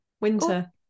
winter